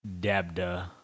Dabda